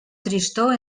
tristor